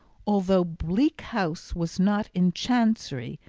although bleak house was not in chancery,